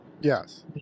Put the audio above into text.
yes